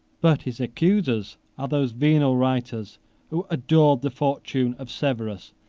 but his accusers are those venal writers who adored the fortune of severus,